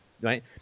right